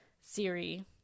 siri